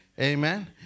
Amen